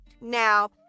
Now